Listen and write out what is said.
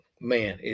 man